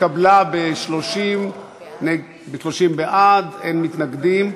התקבלה ב-30 בעד, אין מתנגדים,